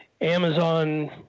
Amazon